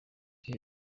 ibi